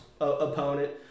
opponent